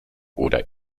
oder